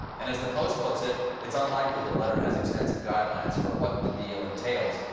and as the post puts it, it's unlikely the letter has extensive guidelines for what the deal entails,